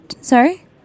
Sorry